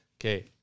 Okay